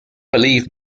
believe